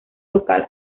local